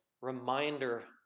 reminder